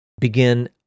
begin